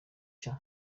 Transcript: cha